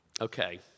okay